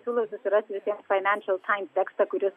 siūlau susirast visiems financial times tekstą kuris